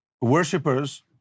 worshippers